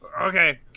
Okay